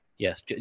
Yes